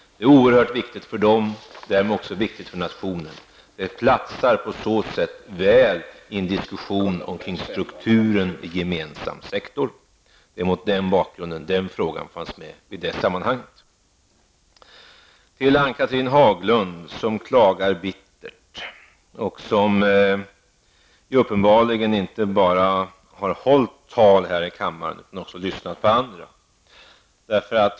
Det är oerhört viktigt för dem och därmed också för nationen. Det platsar på så sätt väl i en diskussion om strukturen i gemensam sektor. Det är mot denna bakgrund som den frågan fanns med i det sammanhanget. Ann-Cathrine Haglund klagar bittert. Hon har uppenbarligen inte bara hållit tal här i kammaren utan också lyssnat på andras.